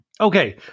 okay